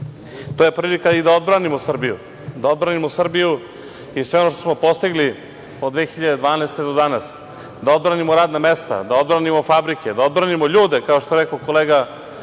je prilika i da odbranimo Srbiju i sve ono što smo postigli od 2012. godine do danas, da odbranimo radna mesta, da odbranimo fabrike, da odbranimo ljude, kao što je rekao kolega